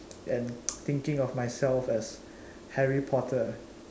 and thinking of myself as Harry-Potter